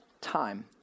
time